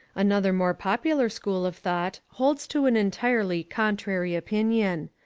another more popular school of thought holds to an entirely contrary opinion.